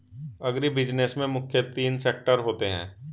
agribusiness में मुख्य तीन सेक्टर होते है